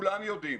כולם יודעים.